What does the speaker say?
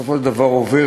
ובסופו של דבר הוא עובר,